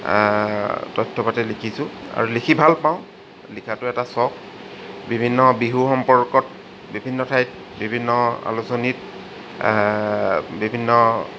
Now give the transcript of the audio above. তথ্যপাতি লিখিছোঁ আৰু লিখি ভাল পাওঁ লিখাটো এটা চখ বিভিন্ন বিহু সম্পৰ্কত বিভিন্ন ঠাইত বিভিন্ন আলোচনীত বিভিন্ন